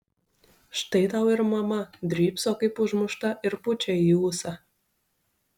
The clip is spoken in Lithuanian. štai tau ir mama drybso kaip užmušta ir pučia į ūsą